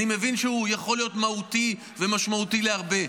אני מבין שהוא יכול להיות מהותי ומשמעותי להרבה,